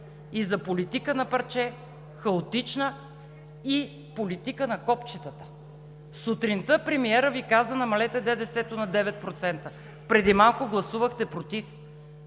и за политика на парче – хаотична, и политика на копчетата. Сутринта премиерът Ви каза: „намалете ДДС-то на 9%“. Преди малко гласувахте „против“.